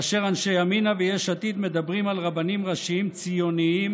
כאשר אנשי ימינה ויש עתיד מדברים על רבנים ראשיים ציונים,